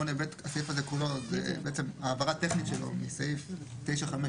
הסעיף הזה כולו הוא בעצם העברה טכנית שלו מסעיף 9(5),